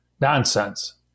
Nonsense